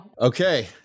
Okay